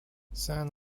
san